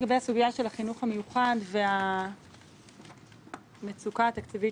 לגבי הסוגיה של החינוך המיוחד והמצוקה התקציבית